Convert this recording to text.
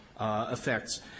effects